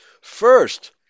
First